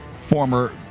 former